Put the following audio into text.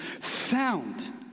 found